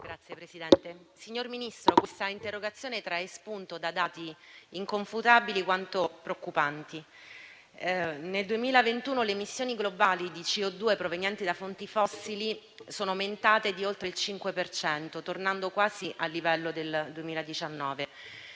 *(M5S)*. Signor Ministro, l'interrogazione trae spunto da dati inconfutabili quanto preoccupanti. Nel 2021 le emissioni globali di CO2 provenienti da fonti fossili sono aumentate di oltre il 5 per cento, tornando quasi al livello del 2019.